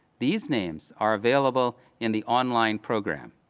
these names are available in the online program.